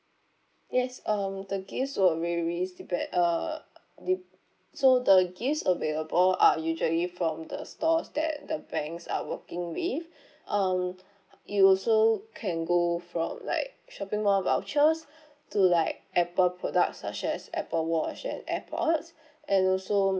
yes um the gifts will vary it's depend uh dep~ so the gifts available are usually from the stores that the banks are working with um you also can go from like shopping mall vouchers to like apple products such as apple watch and airpods and also